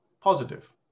positive